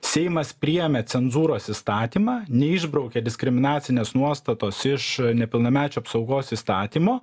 seimas priėmė cenzūros įstatymą neišbraukė diskriminacinės nuostatos iš nepilnamečių apsaugos įstatymo